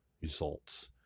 results